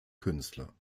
künstler